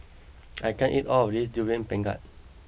I can't eat all of this Durian Pengat